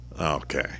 Okay